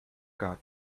cat